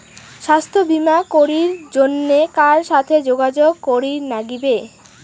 স্বাস্থ্য বিমা করির জন্যে কার সাথে যোগাযোগ করির নাগিবে?